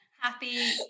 Happy